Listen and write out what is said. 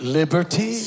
liberty